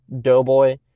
doughboy